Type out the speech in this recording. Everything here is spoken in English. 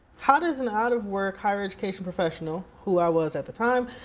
how does an out of work higher education professional, who i was at the time,